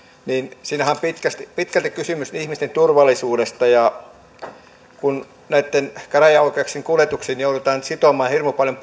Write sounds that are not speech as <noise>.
niin siinähän on pitkälti kysymys ihmisten turvallisuudesta kun käräjäoikeuksien kuljetuksiin joudutaan sitomaan hirmu paljon <unintelligible>